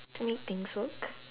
to make things work